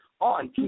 on